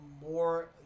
more